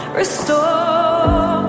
restore